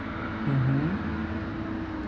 mmhmm